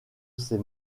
ces